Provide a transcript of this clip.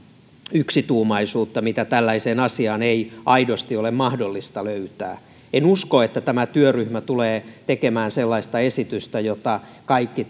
yksituumaisuutta mitä tällaiseen asiaan ei aidosti ole mahdollista löytää en usko että tämä työryhmä tulee tekemään sellaista esitystä jota kaikki